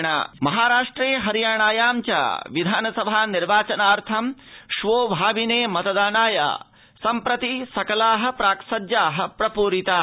विधानसभा निर्वाचनानि महाराष्ट्रे हरियाणायां च विधानसभा निर्वाचनार्थं श्वो भाविने मतदानाय सम्प्रति सकलाः प्राक् सज्जाः प्रपूरिताः